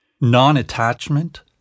non-attachment